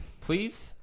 Please